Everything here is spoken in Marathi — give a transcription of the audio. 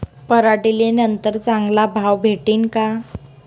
पराटीले नंतर चांगला भाव भेटीन का?